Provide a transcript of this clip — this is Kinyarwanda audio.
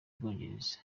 bwongereza